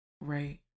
Right